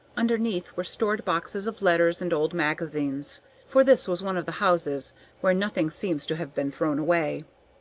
underneath were stored boxes of letters and old magazines for this was one of the houses where nothing seems to have been thrown away.